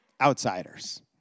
outsiders